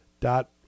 dot